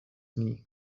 nie